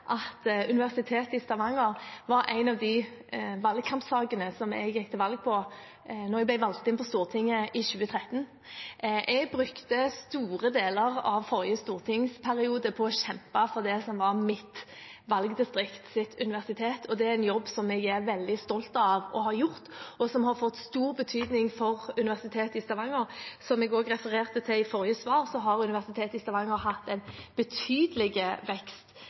at Universitetet i Stavanger var en av sakene jeg gikk til valg på da jeg ble valgt inn på Stortinget i 2013. Jeg brukte store deler av forrige stortingsperiode til å kjempe for det som var mitt valgdistrikts universitet, og det er en jobb som jeg er veldig stolt av å ha gjort, og som har fått stor betydning for Universitetet i Stavanger. Som jeg refererte til i forrige svar, har Universitetet i Stavanger hatt en betydelig vekst